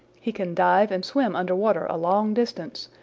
he can dive and swim under water a long distance,